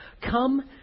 Come